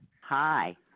Hi